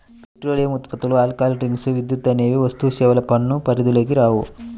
petroleum ఉత్పత్తులు, alcohol drinks, విద్యుత్ అనేవి వస్తుసేవల పన్ను పరిధిలోకి రావు